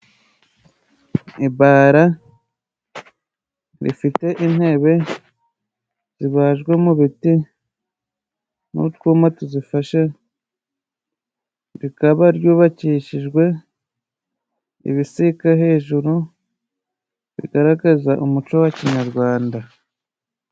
Ibara rifite intebe zibajwe mubiti, n'utwuma tuzifashe, rikaba ryubakishijwe ibisika hejuru, bigaragaza umuco wa kinyarwanda.